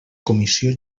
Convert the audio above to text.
comissió